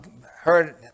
heard